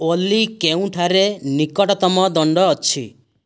ଓଲି କେଉଁଠାରେ ନିକଟତମ ଦଣ୍ଡ ଅଛି